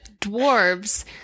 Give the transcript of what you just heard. dwarves